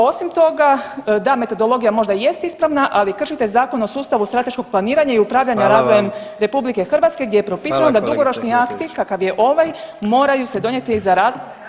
Osim toga, da metodologija možda jest ispravna, ali kršite Zakon o sustavu strateškog planiranja i upravljanja razvojem [[Upadica: Hvala vam.]] RH gdje je propisano da dugoročni akti kakav je ovaj moraju se donijeti za rad